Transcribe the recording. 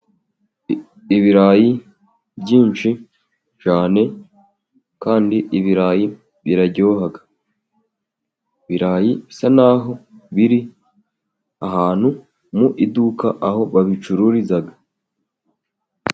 Ibirayi byinshi cyane, kandi ibirayi biraryoha. Ibirayi bisa n'aho biri ahantu mu iduka, aho babicururiza.